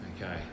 okay